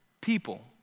people